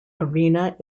arena